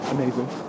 Amazing